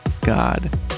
God